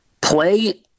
play –